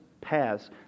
paths